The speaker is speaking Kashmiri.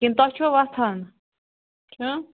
کِنۍ تۄہہِ چھو وۄتھان